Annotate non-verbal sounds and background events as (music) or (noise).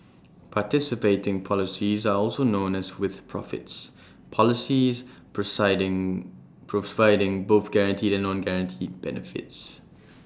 participating policies are also known as 'with profits' policies (unintelligible) providing both guaranteed and non guaranteed benefits